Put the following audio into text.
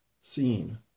seen